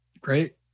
Great